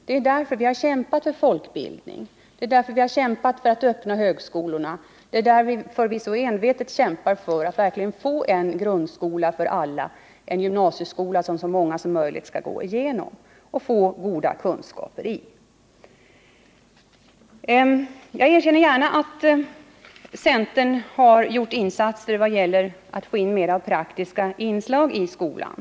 Det är anledningen till att vi har kämpat för folkbildning och för att öppna skolorna och så envetet kämpar för att verkligen få en grundskola för alla och en gymnasieskola som så många som möjligt skall gå igenom och få goda kunskaper i. Jag erkänner gärna att centern har gjort insatser när det har gällt att få in mer praktiska inslag i skolan.